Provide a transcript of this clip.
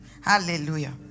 Hallelujah